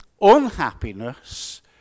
unhappiness